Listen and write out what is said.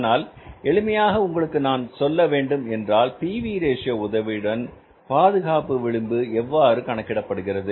ஆனால் எளிமையாக உங்களுக்கு நான் சொல்ல வேண்டும் என்றால் P V ratio PV Ratio உதவியுடன் பாதுகாப்பு விளிம்பு எவ்வாறு கணக்கிடுவது